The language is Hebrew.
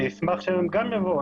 אני אשמח שהם גם יבואו.